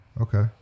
Okay